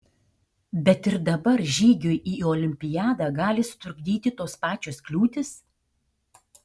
bet ir dabar žygiui į olimpiadą gali sutrukdyti tos pačios kliūtys